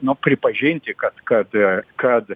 nu pripažinti kad kad kad